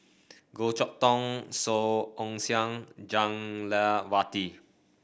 Goh Chok Tong Song Ong Siang Jah Lelawati